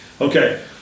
Okay